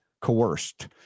coerced